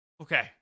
Okay